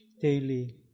Daily